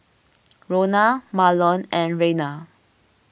Rona Marlon and Reyna